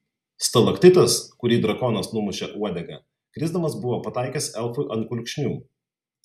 stalaktitas kurį drakonas numušė uodega krisdamas buvo pataikęs elfui ant kulkšnių